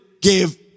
give